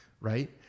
right